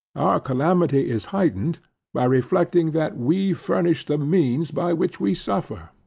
our calamity is heightened by reflecting that we furnish the means by which we suffer.